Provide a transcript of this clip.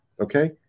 okay